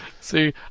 See